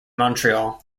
montreal